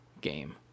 game